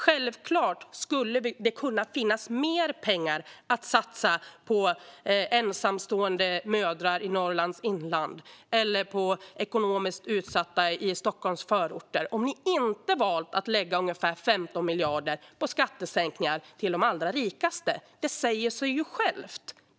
Man skulle självklart kunna satsa mer pengar på ensamstående mödrar i Norrlands inland eller på ekonomiskt utsatta i Stockholms förorter om ni inte valt att lägga ungefär 15 miljarder på skattesänkningar för de allra rikaste. Det säger sig självt.